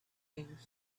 things